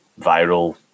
viral